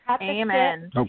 Amen